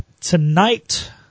tonight